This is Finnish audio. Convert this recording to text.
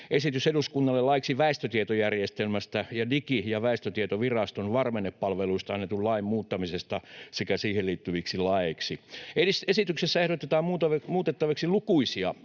esitys eduskunnalle laiksi väestötietojärjestelmästä ja Digi- ja väestötietoviraston varmennepalveluista annetun lain muuttamisesta sekä siihen liittyviksi laeiksi. Esityksessä ehdotetaan muutettaviksi lukuisia